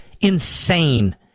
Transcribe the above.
insane